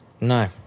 No